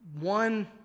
one